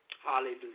Hallelujah